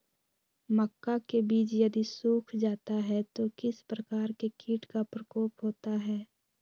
मक्का के बिज यदि सुख जाता है तो किस प्रकार के कीट का प्रकोप होता है?